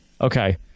Okay